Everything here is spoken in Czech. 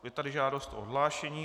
Je tady žádost o odhlášení.